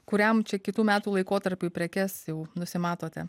kuriam čia kitų metų laikotarpiui prekes jau nusimatote